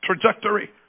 trajectory